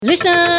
Listen